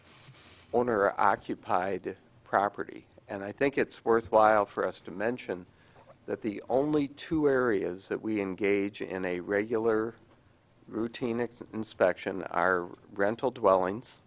owner occupied property and i think it's worthwhile for us to mention that the only two areas that we engage in a regular routine it's inspection are rental dwellings